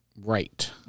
Right